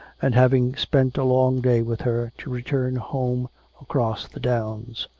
and having spent a long day with her, to return home across the downs.